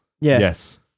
Yes